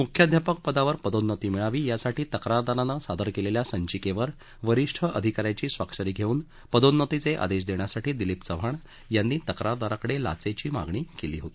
मुख्याध्यापक पदावर पदोन्नती मिळावी यासाठी तक्रारदारानं सादर केलेल्या संचिकेवर वरिष्ठ अधिकाऱ्यांची स्वाक्षरी घेवून पदोन्नतीचे आदेश देण्यासाठी दिलीप चव्हाण यांनी तक्रारदाराकडे लाचेची मागणी केली होती